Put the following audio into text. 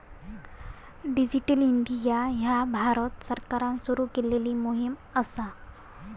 digital India ह्या भारत सरकारान सुरू केलेली मोहीम असा